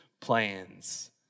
plans